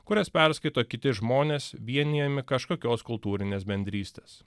kurias perskaito kiti žmonės vienijami kažkokios kultūrinės bendrystės